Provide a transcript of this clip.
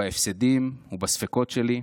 / בהפסדים ובספקות שלי,